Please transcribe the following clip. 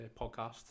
podcast